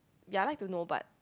ya I like to know but